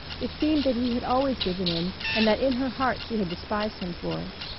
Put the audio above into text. it seemed that he had always given in and that in her heart she had despised him for it.